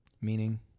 Meaning